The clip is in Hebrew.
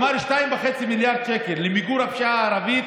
הוא אמר: 2.5 מיליארד שקל למיגור הפשיעה הערבית